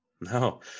No